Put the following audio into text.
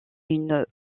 une